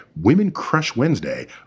#WomenCrushWednesday